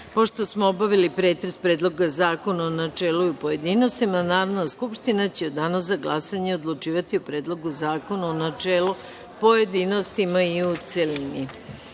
smo obavili pretres Predloga zakona o načelu i u pojedinostima, Narodna skupština će u danu za glasanje odlučivati o Predlogu zakona u načelu, pojedinostima i u